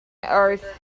earth